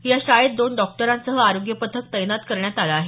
या शाळेत दोन डॉक्टरांसह आरोग्य पथक तैनात करण्यात आलं आहे